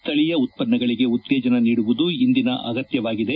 ಸ್ಥಳೀಯ ಉತ್ಪನ್ನಗಳಿಗೆ ಉತ್ತೇಜನ ನೀಡುವುದು ಇಂದಿನ ಅಗತ್ವವಾಗಿದೆ